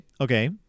okay